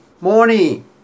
Morning